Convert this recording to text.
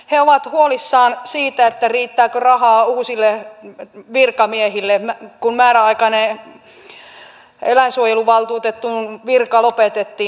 he ovat huolissaan siitä riittääkö rahaa uusille virkamiehille kun määräaikainen eläinsuojeluvaltuutetun virka lopetettiin